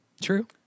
True